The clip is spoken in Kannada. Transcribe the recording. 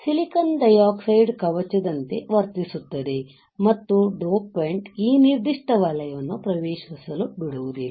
ಸಿಲಿಕಾನ್ ಡೈಆಕ್ಸೈಡ್ ಕವಚದಂತೆ ವರ್ತಿಸುತ್ತದೆ ಮತ್ತು ಡೋಪೆಂಟ್ಗೆ ಈ ನಿರ್ಧಿಷ್ಟ ವಲಯವನ್ನು ಪ್ರವೇಶಿಸಲು ಬಿಡುವುದಿಲ್ಲ